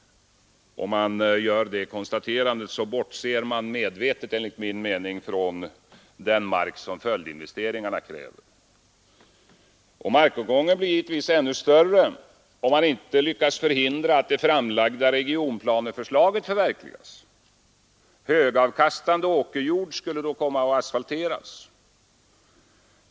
Med ett sådant resonemang bortser man dock enligt min mening medvetet från den mark som följdinvesteringarna kräver. Markåtgången blir givetvis ännu större om man inte lyckas förhindra att det framlagda regionplaneförslaget förverkligas. Högavkastande åkerjord skulle asfalteras.